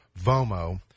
vomo